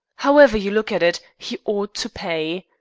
however you look at it, he ought to pay